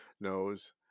knows